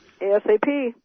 ASAP